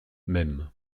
même